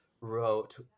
wrote